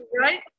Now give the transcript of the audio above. right